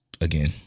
Again